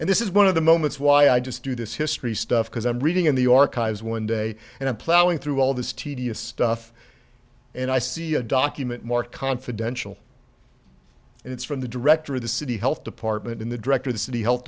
and this is one of the moments why i just do this history stuff because i'm reading in the archives one day and i'm plowing through all this tedious stuff and i see a document marked confidential and it's from the director of the city health department and the director the city health